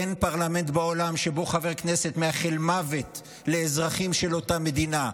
אין פרלמנט בעולם שבו חבר כנסת מאחל מוות לאזרחים של אותה מדינה.